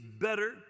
better